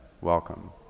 welcome